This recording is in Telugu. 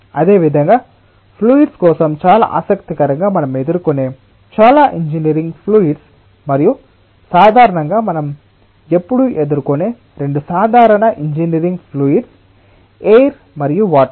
అదేవిధంగా ఫ్లూయిడ్స్ కోసం చాలా ఆసక్తికరంగా మనం ఎదుర్కొనే చాలా ఇంజనీరింగ్ ఫ్లూయిడ్స్ మరియు సాధారణంగా మనం ఎప్పుడూ ఎదుర్కొనే రెండు సాధారణ ఇంజనీరింగ్ ఫ్లూయిడ్స్ ఎయిర్ మరియు వాటర్